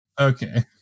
Okay